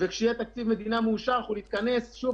וכשיהיה תקציב מדינה מאושר אנחנו נתכנס שוב